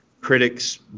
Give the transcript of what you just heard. critics